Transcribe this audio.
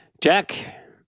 Jack